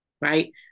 Right